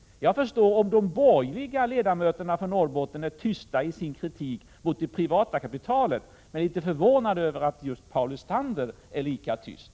Jag förstår om de borgerliga ledamöterna från Norrbotten är tysta när det gäller att kritisera det privata kapitalet. Men jag är litet förvånad över att just Paul Lestander är lika tyst.